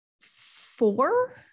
four